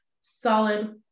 solid